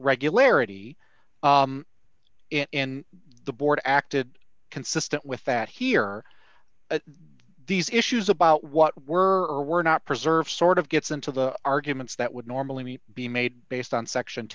regularity in the board acted consistent with that here these issues about what we're not preserve sort of gets into the arguments that would normally be made based on section